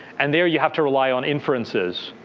and there you have to rely on inferences.